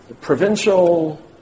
provincial